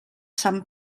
sant